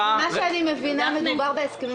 ממה שאני מבינה מדובר בהסכמים